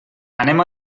anem